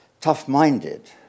tough-minded